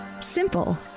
Simple